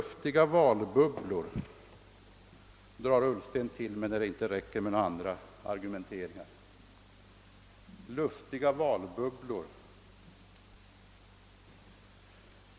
»Luftiga valbubblor» drar herr Ullsten till med när det inte går med några andra argumenteringar.